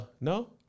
No